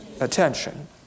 attention